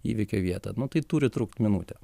įvykio vietą nu tai turi trukt minutę